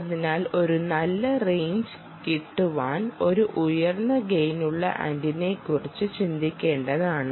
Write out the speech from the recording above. അതിനാൽ ഒരു നല്ല റെയിഞ്ച് കിട്ടുവാൻ ഒരു ഉയർന്ന ഗെയിനുള്ള ആന്റിനയെക്കുറിച്ച് ചിന്തിക്കേണ്ടതാണ്